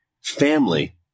family